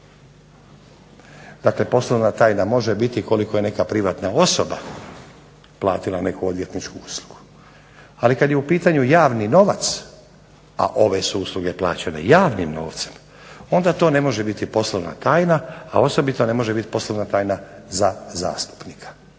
Dakle poslovna tajna može biti koliko je neka privatna osoba platila neku odvjetničku uslugu. Ali kada je u pitanju javni novac a ove su usluge plaćene javnim novce onda to ne može biti poslovna tajna a osobito ne može biti poslovna tajna za zastupnika.